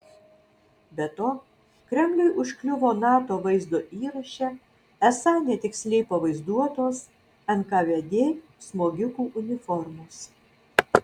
be to kremliui užkliuvo nato vaizdo įraše esą netiksliai pavaizduotos nkvd smogikų uniformos